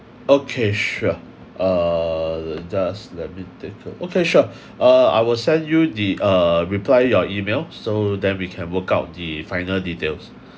okay sure uh just let me take a okay sure uh I will send you the uh reply your email so then we can work out the final details